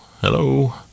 Hello